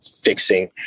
fixing